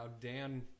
Dan